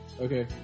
Okay